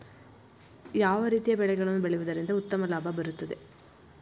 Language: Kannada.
ಯಾವ ರೀತಿಯ ಬೆಳೆಗಳನ್ನು ಬೆಳೆಯುವುದರಿಂದ ಉತ್ತಮ ಲಾಭ ಬರುತ್ತದೆ?